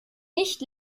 nicht